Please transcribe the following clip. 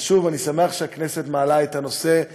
שוב, אני שמח שהכנסת מעלה את הנושא.